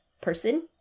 person